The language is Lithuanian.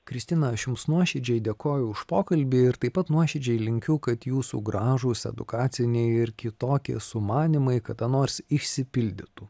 kristina aš jums nuoširdžiai dėkoju už pokalbį ir taip pat nuoširdžiai linkiu kad jūsų gražūs edukaciniai ir kitokie sumanymai kada nors išsipildytų